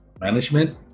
management